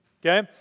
Okay